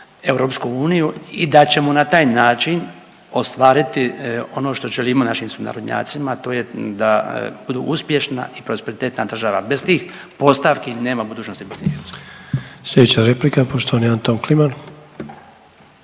BiH u EU i da ćemo na taj način ostvariti ono što želimo našim sunarodnjacima, a to je da budu uspješna i prosperitetna država, bez tih postavki nema budućnosti BiH. **Sanader, Ante (HDZ)** Sljedeća replika poštovani Anton Kliman.